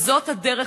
וזאת הדרך.